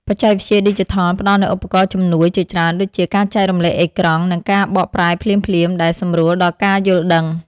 បច្ចេកវិទ្យាឌីជីថលផ្ដល់នូវឧបករណ៍ជំនួយជាច្រើនដូចជា ការចែករំលែកអេក្រង់ និងការបកប្រែភ្លាមៗ ដែលសម្រួលដល់ការយល់ដឹង។